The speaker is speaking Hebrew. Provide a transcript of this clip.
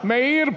מאיר פרוש,